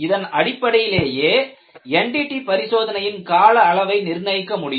இதன் அடிப்படையிலேயே NDT பரிசோதனையின் கால அளவை நிர்ணயிக்க முடியும்